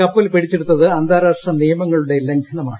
കപ്പൽ പിടിച്ചെടുത്തത് അന്താരാഷ്ട്ര നിയമങ്ങളുടെ ലംഘനമാണ്